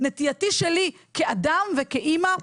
נטייתי שלי כאדם וכאימא,